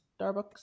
Starbucks